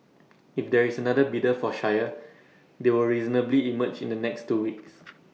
if there is another bidder for Shire they will reasonably emerge in the next two weeks